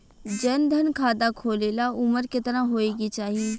जन धन खाता खोले ला उमर केतना होए के चाही?